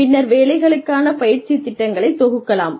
பின்னர் வேலைகளுக்கான பயிற்சித் திட்டத்தை தொகுக்கலாம்